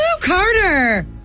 Carter